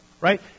right